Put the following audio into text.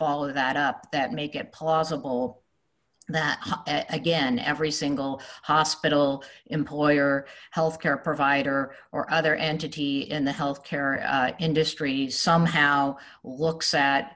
follow that up that make it plausible that again every single hospital employer health care provider or other entity in the health care industry somehow looks at